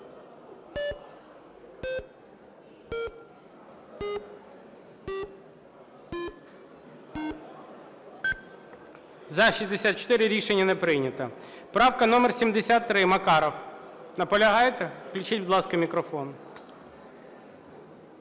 За-64 Рішення не прийнято. Правка номер 73, Макаров. Наполягаєте? Включіть, будь ласка, мікрофон.